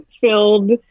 filled